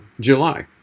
July